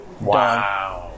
Wow